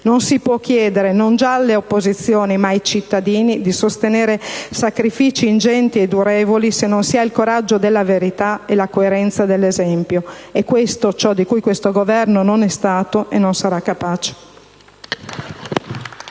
Non si può chiedere (non già alle opposizione, ma ai cittadini) di sostenere sacrifici ingenti e durevoli se non si ha il coraggio della verità e la coerenza dell'esempio. È questo ciò di cui questo Governo non è stato e non sarà capace.